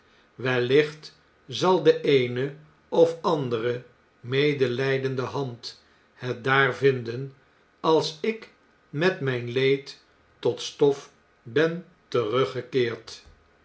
wellicht zal de eene of andere medelijdende hand het daar vinden als ik met mijn leed tot stof ben teruggekeerd